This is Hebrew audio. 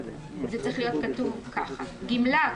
זה צריך להיות כתוב כך: "גמלה,